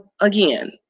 again